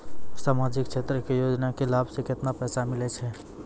समाजिक क्षेत्र के योजना के लाभ मे केतना पैसा मिलै छै?